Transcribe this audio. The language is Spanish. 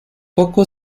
poco